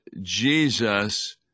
Jesus